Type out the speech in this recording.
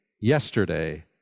yesterday